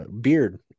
beard